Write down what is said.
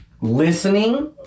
listening